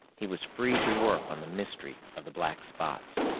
he was free to work on the mystery of the black spots.